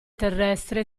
terrestre